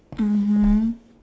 mmhmm